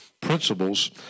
principles